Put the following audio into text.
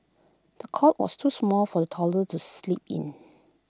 the cot was too small for the toddler to sleep in